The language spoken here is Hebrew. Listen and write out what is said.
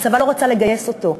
והצבא לא רצה לגייס אותו,